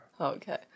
Okay